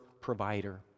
provider